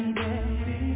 baby